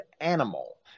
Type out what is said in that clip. animal